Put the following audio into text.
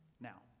Now